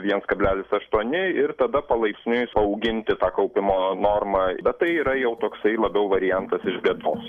viens kablelis aštuoni ir tada palaipsniui auginti tą kaupimo normą bet tai yra jau toksai labiau variantas iš bėdos